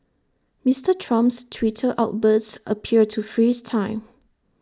Mister Trump's Twitter outbursts appear to freeze time